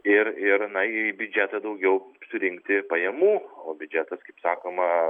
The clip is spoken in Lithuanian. ir ir na į biudžetą daugiau surinkti pajamų o biudžetas kaip sakoma